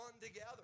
together